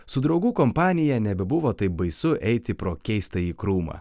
su draugų kompanija nebebuvo taip baisu eiti pro keistąjį krūmą